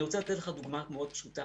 אני רוצה לתת לכם דוגמה מאוד פשוטה.